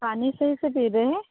पानी सही से पी रहे हैं